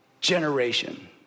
generation